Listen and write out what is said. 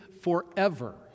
forever